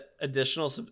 additional